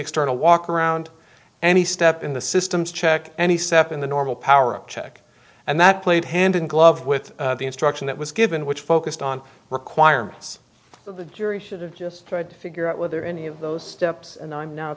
external walk around any step in the systems check any cept in the normal power of check and that played hand in glove with the instruction that was given which focused on requirements that the jury should have just tried to figure out whether any of those steps and i'm now